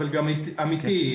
אבל אמיתי.